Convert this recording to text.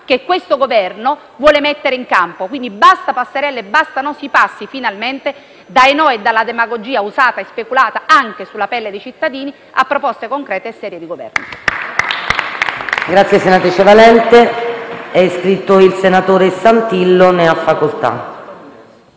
che questo Governo vuole mettere in campo, quindi basta passerelle e si passi, finalmente, dai no e dalla demagogia usata e speculata anche sulla pelle dei cittadini a proposte concrete e serie di Governo.